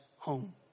home